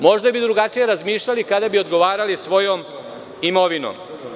Možda bi drugačije razmišljali kada bi odgovarali svojom imovinom.